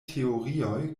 teorioj